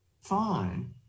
Fine